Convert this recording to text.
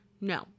No